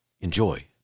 Enjoy